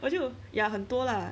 我就 ya 很多 lah